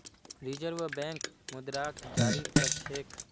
reserve bank मुद्राक जारी कर छेक